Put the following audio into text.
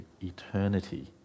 eternity